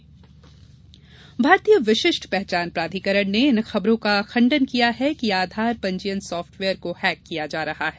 आधार भारतीय विशिष्ट पहचान प्राधिकरण ने इन खबरों का खंडन किया है कि आधार पंजीयन सॉफ्टवेयर को हैक किया जा रहा है